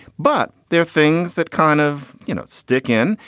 but there are things that kind of, you know, stick in.